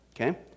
Okay